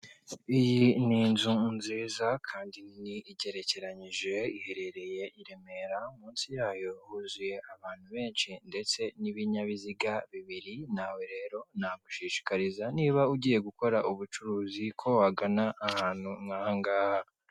Iyi ni inzu nziza kandi nini igerekeranyije iherereye i Remera munsi yayo huzuye abantu benshi ndetse n'ibinyabiziga bibiri nawe rero nagushishikariza niba ugiye gukora ubucuruzi ko wagana ahantu nkahangaha.